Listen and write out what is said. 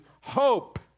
hope